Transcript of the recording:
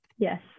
Yes